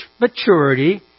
maturity